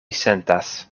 sentas